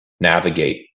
navigate